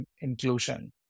inclusion